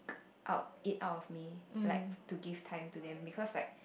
out it out of me like to give time to then because like